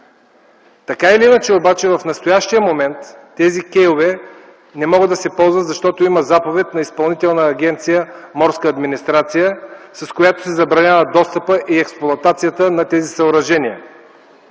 Така или иначе, в настоящия момент тези кейове не могат да се ползват, защото има заповед на Изпълнителната агенция „Морска администрация”, с която се забранява достъпът и експлоатацията на тези съоръжения.